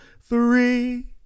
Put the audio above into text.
three